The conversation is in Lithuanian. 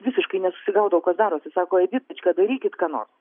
visiškai nesusigaudau kas darosi sako jei editička darykit ką nors